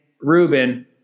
Ruben